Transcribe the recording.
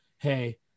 Hey